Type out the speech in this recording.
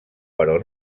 però